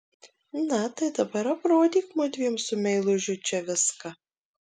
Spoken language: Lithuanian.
na tai dabar aprodyk mudviem su meilužiu čia viską